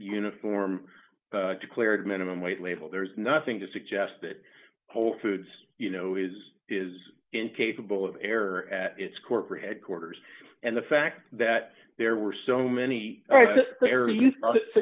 uniform declared minimum weight label there's nothing to suggest that whole foods you know has is incapable of error at its corporate headquarters and the fact that there were so many there used